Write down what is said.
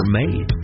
made